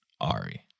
Ari